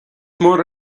mór